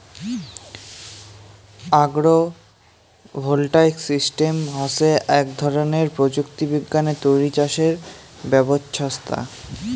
agro voltaic system হসে আক ধরণের প্রযুক্তি বিজ্ঞানে তৈরী চাষের ব্যবছস্থা